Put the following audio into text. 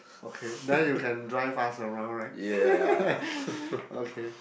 okay then you can drive fast around right okay